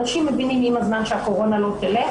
אנשים מבינים עם הזמן שהקורונה לא תלך